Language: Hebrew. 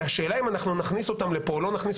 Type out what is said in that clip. והשאלה אם אנחנו נכניס אותם לפה או לא נכניס